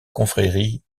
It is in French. confrérie